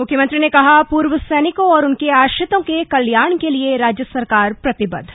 मुख्यमंत्री ने कहा पूर्व सैनिकों और उनके आश्रितों के कल्याण के लिए राज्य सरकार प्रतिबद्ध